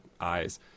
eyes